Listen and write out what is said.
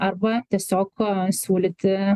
arba tiesiog siūlyti